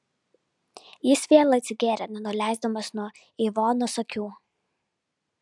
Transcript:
jis vėl atsigėrė nenuleisdamas nuo ivonos akių